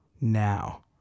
now